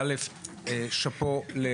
אני פשוט אוכל לשים את זה עלי,